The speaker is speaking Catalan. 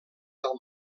del